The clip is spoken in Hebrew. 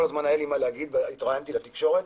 הזמן היה לי מה להגיד והתראיינתי תקשורת